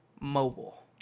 mobile